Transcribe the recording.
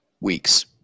weeks